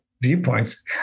viewpoints